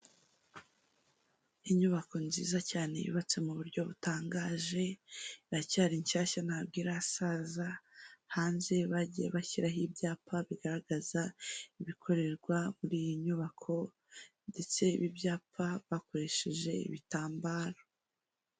Inyubako nziza cyane yubatse mu buryo butangaje, iracyari nshyashya ntabwo irasaza, hanze bagiye bashyiraho ibyapa bigaragaza ibikorerwa muri iyi nyubako ndetse ibyapa bakoresheje ibitambaro.